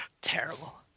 Terrible